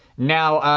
now,